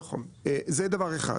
נכון, זה דבר אחד.